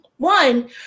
One